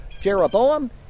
Jeroboam